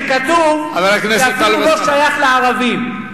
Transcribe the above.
כתוב שזה אפילו לא שייך לערבים,